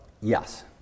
Yes